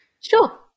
Sure